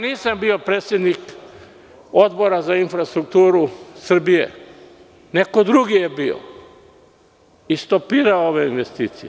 Nisam bio predsednik Odbora za infrastrukturu Srbije, neko drugi je bio i stopirao sve ove investicije.